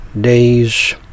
days